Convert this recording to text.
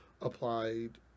applied